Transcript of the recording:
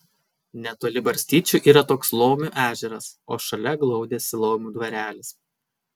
netoli barstyčių yra toks laumių ežeras o šalia glaudėsi laumių dvarelis